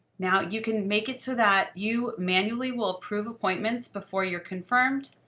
now, you can make it to that, you, manually, will approve appointments before you're confirmed.